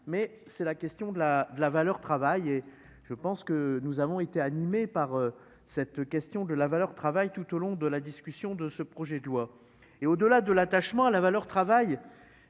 mais c'est la question de la de la valeur travail et je pense que nous avons été animée par cette question de la valeur travail tout au long de la discussion de ce projet de loi et au-delà de l'attachement à la valeur travail,